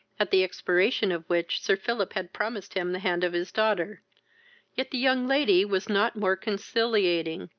at the expiration of which sir philip had promised him the hand of his daughter yet the young lady was not more conciliating,